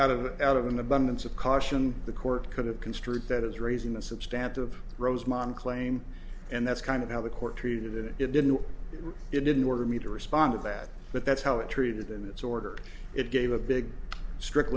out of out of an abundance of caution the court could have construed that is raising a substantial of rosemont claim and that's kind of how the court treated it didn't it didn't order me to respond to that but that's how it treated in its order it gave a big stri